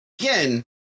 again